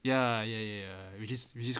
ya ya ya which is which is